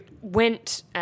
went –